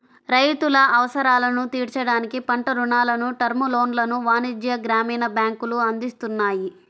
రైతుల అవసరాలను తీర్చడానికి పంట రుణాలను, టర్మ్ లోన్లను వాణిజ్య, గ్రామీణ బ్యాంకులు అందిస్తున్నాయి